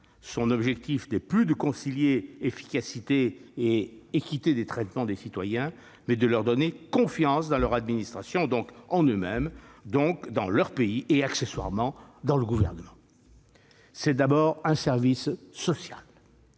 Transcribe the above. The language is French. Son objectif n'est plus de concilier efficacité et équité de traitement des citoyens, mais de leur donner confiance dans leur administration, donc en eux-mêmes, donc dans leur pays et, accessoirement, dans le Gouvernement. C'est d'abord un service social.